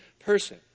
Person